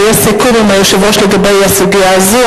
ויש סיכום עם היושב-ראש לגבי הסוגיה הזאת.